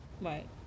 Right